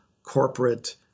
corporate